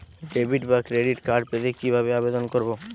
Debit বা credit card পেতে কি ভাবে আবেদন করব?